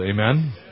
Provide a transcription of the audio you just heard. Amen